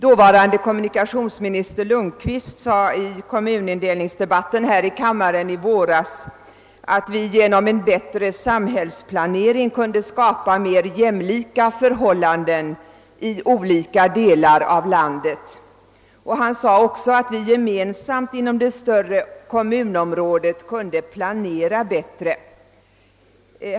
Dåvarande kommunikationsminister Lundkvist sade i kommunindelningsdebatten här i kammaren i våras, att vi genom en bättre samhällsplanering kunde skapa mer jämlika förhållanden och att vi gemensamt inom det större kommunområdet kunde planera bättre.